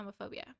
homophobia